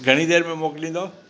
घणी देरि में मोकिलींदौ